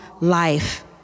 life